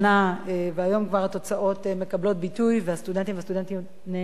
והיום התוצאות מקבלות ביטוי והסטודנטים והסטודנטיות נהנים גם מזה